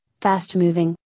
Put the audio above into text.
fast-moving